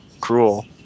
cruel